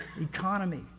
economy